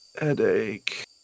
Headache